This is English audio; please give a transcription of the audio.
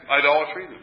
idolatry